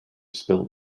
spilt